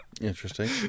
Interesting